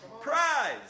prize